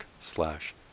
slash